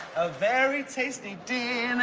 a very tasty dinner